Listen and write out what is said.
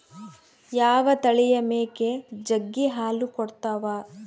ಯಾವ ತಳಿಯ ಮೇಕೆ ಜಗ್ಗಿ ಹಾಲು ಕೊಡ್ತಾವ?